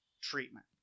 treatment